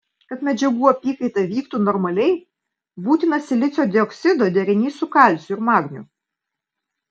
kad medžiagų apykaita vyktų normaliai būtinas silicio dioksido derinys su kalciu ir magniu